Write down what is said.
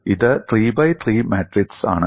ഇത് 3 by 3 matrix ആണ്